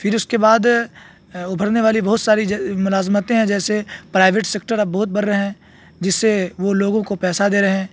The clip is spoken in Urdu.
پھر اس کے بعد ابھرنے والی بہت ساری ملازمتیں ہیں جیسے پرائیویٹ سیکٹر اب بہت بڑھ رہے ہیں جس سے وہ لوگوں کو پیسہ دے رہے ہیں